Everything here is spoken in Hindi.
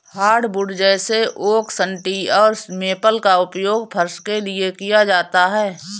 हार्डवुड जैसे ओक सन्टी और मेपल का उपयोग फर्श के लिए किया जाता है